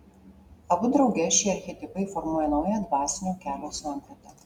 abu drauge šie archetipai formuoja naują dvasinio kelio sampratą